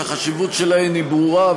שהחשיבות שלהן היא ברורה,